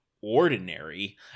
ordinary